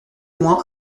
moins